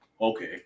okay